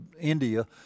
India